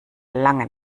lange